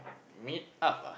meet up ah